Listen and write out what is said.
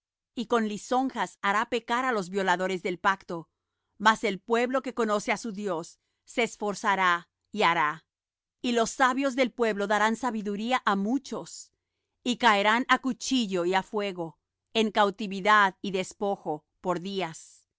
y con lisonjas hará pecar á los violadores del pacto mas el pueblo que conoce á su dios se esforzará y hará y los sabios del pueblo darán sabiduría á muchos y caerán á cuchillo y á fuego en cautividad y despojo por días y